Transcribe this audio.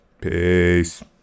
Peace